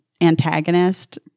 antagonist